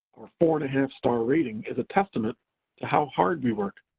our four and a half star rating is a testament to how hard we work,